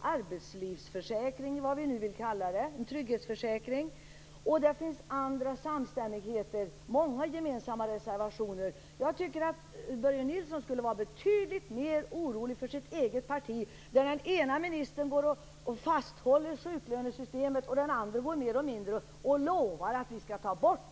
arbetslivsförsäkring, trygghetsförsäkring eller vad man nu vill kalla det för. Det finns andra samstämmigheter och många gemensamma reservationer. Jag tycker att Börje Nilsson borde vara betydligt mer orolig för sitt eget parti, där den ena ministern fastlåser sjuklönesystemet medan den andra mer eller mindre lovar att det skall tas bort.